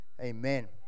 Amen